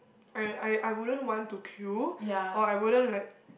I I I wouldn't want to queue or I wouldn't like